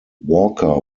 walker